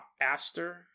Aster